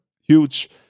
huge